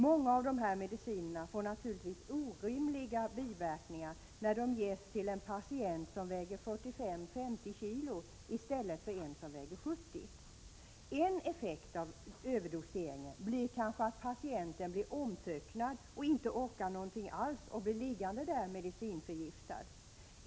Många av dessa mediciner får naturligtvis orimliga biverkningar när de ges till en patient som väger 45—50 kg i stället för 70 kg. En effekt av överdoseringen kan vara att patienten blir omtöcknad, inte orkar någonting alls och blir liggande där, medicinförgiftad.